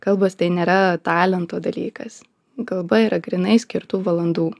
kalbos tai nėra talento dalykas kalba yra grynai skirtų valandų